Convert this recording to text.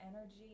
energy